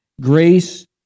Grace